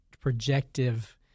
projective